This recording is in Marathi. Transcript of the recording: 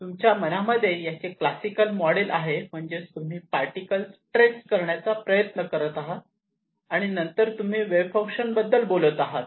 तुमच्या मनामध्ये याचे क्लासिकल मॉडेल आहे म्हणजेच तुम्ही पार्टिकल ट्रेस करण्याचा प्रयत्न करत आहात आणि नंतर तुम्ही वेव्ह फंक्शन बद्दल बोलत आहात